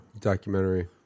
Documentary